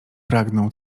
pragnął